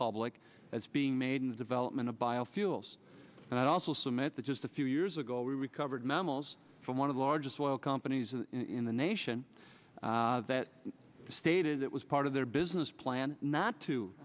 public as being made in the development of biofuels but also cement the just a few years ago we recovered mammals from one of the largest oil companies in the nation that stated that was part of their business plan not to